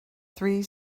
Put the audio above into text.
three